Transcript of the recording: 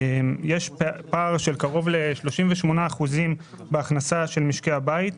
יש פער של קרוב ל-38% בהכנסה של משקי הבית,